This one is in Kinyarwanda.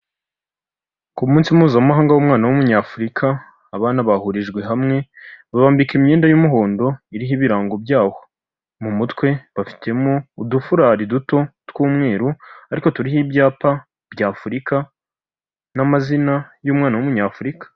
Ku munsi mpuzamahanga w'umwana w'umunyafurika abana bahurijwe hamwe babambika imyenda y'umuhondo iriho ibirango byawo, mu mutwe bafitemo udufurari duto tw'umweru ariko turiho ibyapa by'Afurika n'amazina y'umwana w'umunyafurika.